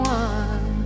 one